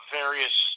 various